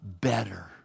better